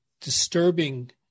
disturbing